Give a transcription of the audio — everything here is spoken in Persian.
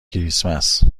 کریسمس